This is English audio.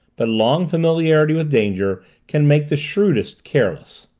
but long familiarity with danger can make the shrewdest careless.